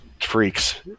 freaks